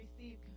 receive